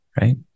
right